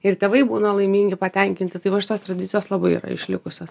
ir tėvai būna laimingi patenkinti taip aš tos tradicijos labai yra išlikusios